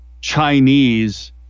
Chinese